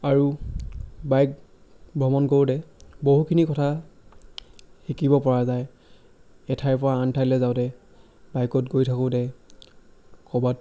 আৰু বাইক ভ্ৰমণ কৰোঁতে বহুখিনি কথা শিকিব পৰা যায় এঠাইৰ পৰা আন ঠাইলৈ যাওঁতে বাইকত গৈ থাকোঁতে ক'ৰবাত